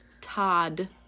Todd